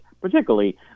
particularly